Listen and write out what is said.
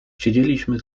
siedzieliśmy